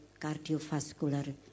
cardiovascular